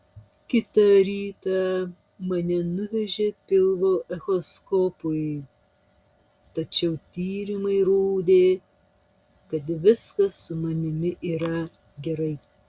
kitą rytą mane nuvežė pilvo echoskopui tačiau tyrimai rodė kad viskas su manimi yra gerai